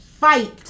fight